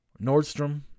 Nordstrom